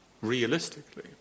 Realistically